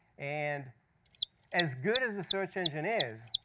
and as good as the search engine is,